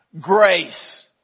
grace